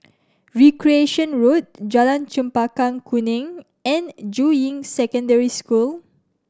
Recreation Road Jalan Chempaka Kuning and Juying Secondary School